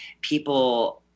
people